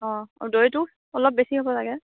অ' দৈটো অলপ বেছি হ'ব চাগে